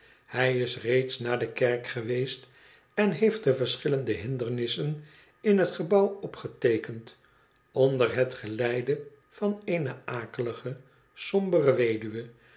hij is reeds naar de kerk geweest en heeft de verschillende hindernissen in het geboqw opgeteekend onder het geleide vaneene akelige sombere weduwe